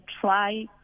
try